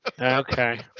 Okay